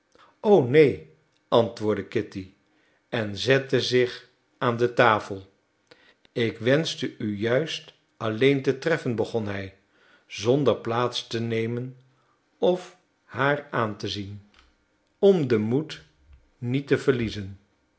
o neen antwoordde kitty en zette zich aan de tafel ik wenschte u juist alleen te treffen begon hij zonder plaats te nemen of haar aan te zien om den moed niet te verliezen